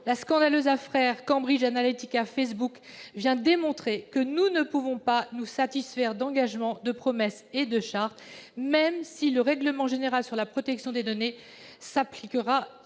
La scandaleuse affaire Cambridge Analytica-Facebook vient démontrer que nous ne pouvons pas nous satisfaire d'engagements, de promesses et de chartes, même si le règlement général sur la protection des données s'appliquera